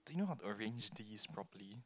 do you know how to arrange these properly